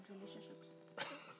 relationships